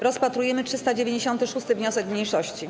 Rozpatrujemy 396. wniosek mniejszości.